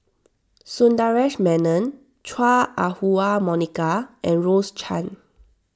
Sundaresh Menon Chua Ah Huwa Monica and Rose Chan